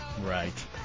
Right